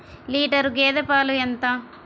Litre గేదె పాలు ఎంత?